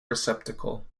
receptacle